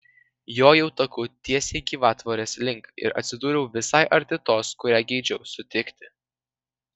jojau taku tiesiai gyvatvorės link ir atsidūriau visai arti tos kurią geidžiau sutikti